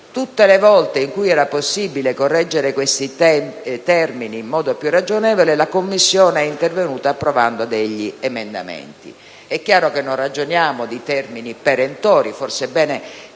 Tutte le volte in cui era possibile correggere questi termini in modo più ragionevole, la Commissione è intervenuta approvando degli emendamenti. È chiaro che non ragioniamo di termini perentori. Forse è bene